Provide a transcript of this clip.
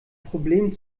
problem